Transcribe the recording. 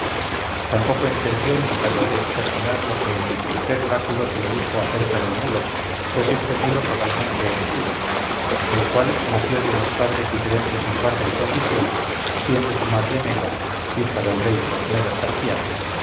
tampoco entendió ni trató de exterminar lo que en el postrer oráculo se le dijo acerca del mulo pues este mulo cabalmente era ciro el cual nació de unos padres diferentes en raza y condición siendo su madre meda hija del rey de los medos